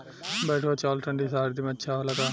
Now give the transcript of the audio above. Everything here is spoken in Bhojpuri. बैठुआ चावल ठंडी सह्याद्री में अच्छा होला का?